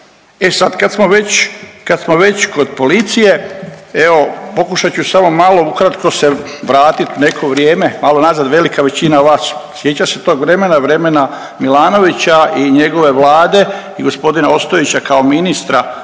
kad smo već kod policije, evo, pokušat ću samo malo ukratko se vratit neko vrijeme, malo nazad, velika većina vas sjeća se tog vremena, vremena Milanovića i njegove Vlade i g. Ostojića kao ministra